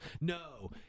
No